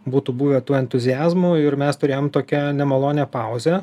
būtų buvę to entuziazmo ir mes turėjom tokią nemalonią pauzę